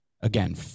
again